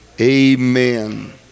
Amen